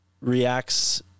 reacts